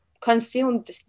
consumed